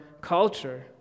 culture